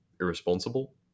irresponsible